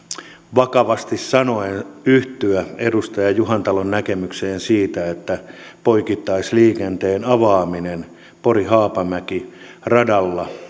vakavasti sanoen yhtyä edustaja juhantalon näkemykseen siitä että poikittaisliikenteen avaaminen pori haapamäki radalla